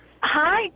Hi